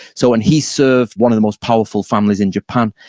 so and he served one of the most powerful families in japan,